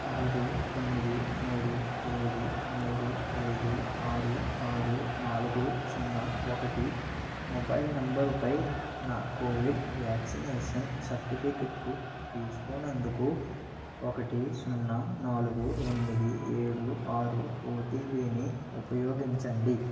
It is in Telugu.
ఆరు తొమ్మిది మూడు ఏడు మూడు ఐదు ఆరు ఆరు నాలుగు సున్నా ఒకటి మొబైల్ నంబరుపై నా కోవిడ్ వ్యాక్సినేషన్ సర్టిఫికెట్టు తీసుకునందుకు ఒకటి సున్నా నాలుగు ఎనిమిది ఏడు ఆరు ఓటిపిని ఉపయోగించండి